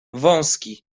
wąski